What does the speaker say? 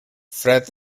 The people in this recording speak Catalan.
fred